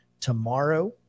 tomorrow